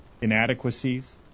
inadequacies